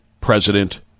President